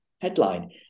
headline